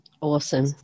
Awesome